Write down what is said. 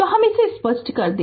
तोहम इसे स्पष्ट कर दे